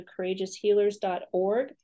CourageousHealers.org